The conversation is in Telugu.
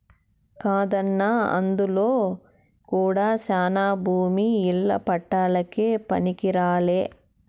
కాదన్నా అందులో కూడా శానా భూమి ఇల్ల పట్టాలకే పనికిరాలే